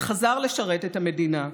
וחזר לשרת את המדינה,